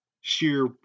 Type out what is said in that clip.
sheer